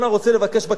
רוצה לבקש בקשה,